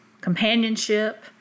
companionship